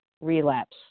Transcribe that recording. relapse